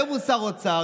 היום הוא שר אוצר.